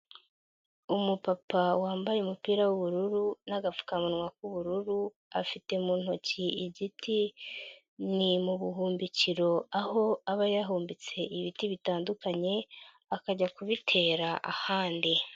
Umupapa wambaye umupira w'ubururu n'agapfukamunwa k'ubururu afite mu ntoki igiti, ni mu buhumbikiro aho aba yahumbitse ibiti bitandukanye, akajya kubitera ahandi.